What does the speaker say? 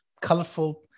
colorful